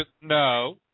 No